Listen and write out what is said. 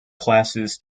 classes